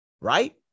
right